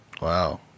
Wow